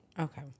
Okay